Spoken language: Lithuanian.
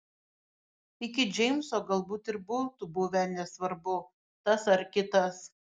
iki džeimso galbūt ir būtų buvę nesvarbu tas ar kitas